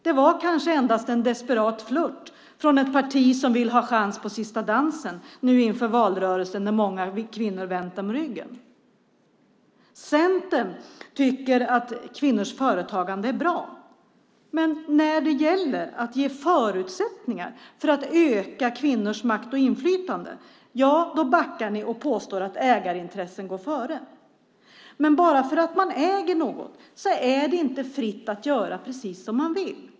Det var kanske endast en desperat flirt från ett parti som vill ha chans till sista dansen nu inför valrörelsen när många kvinnor vänt dem ryggen. Centern tycker att kvinnors företagande är bra, men när det gäller att ge förutsättningar för att öka kvinnors makt och inflytande backar de och påstår att ägarintressen går före. Men bara för att man äger något är det inte fritt att göra precis som man vill.